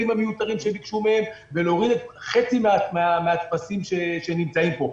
המיותרים שביקשו מהם ולהוריד חצי מהטפסים שנמצאים פה.